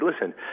listen